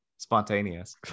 Spontaneous